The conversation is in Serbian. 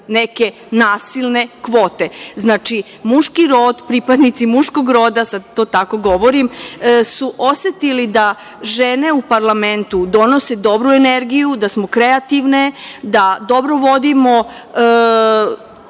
neke nasilne kvote. Znači, muški rod, pripadnici muškog rod, sad to tako govorim, su osetili da žene u parlamentu donose dobru energiju, da smo kreativne, da dobro vodimo